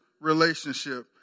relationship